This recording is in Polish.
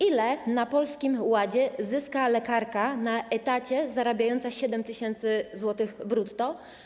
Ile na Polskim Ładzie zyska lekarka na etacie zarabiająca 7 tys. zł brutto?